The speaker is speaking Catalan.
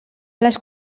les